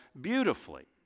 beautifully